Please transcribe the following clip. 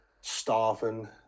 starving